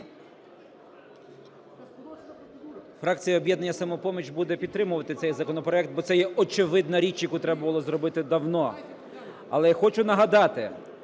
Фракція "Об'єднання "Самопоміч" буде підтримувати цей законопроект, бо це є очевидна річ, яку треба було зробити давно. Але, я хочу нагадати,